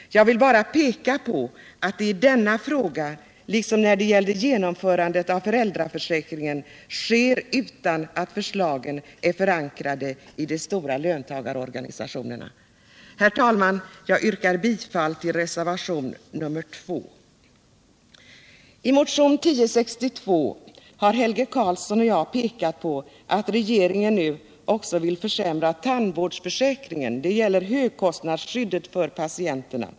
Jag vill bara peka på att dessa förslag, liksom fallet var när det gällde genomförandet av föräldraförsäkringen, inte är förankrade i de stora löntagarorganisationerna. Herr talman! Jag yrkar bifall till reservationen 2. I motionen 1062 har Helge Karlsson och jag pekat på att regeringen nu vill försämra tandvårdsförsäkringens högkostnadsskydd för patienterna.